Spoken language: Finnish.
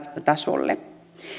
tasolle